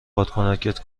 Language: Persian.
بادکنکت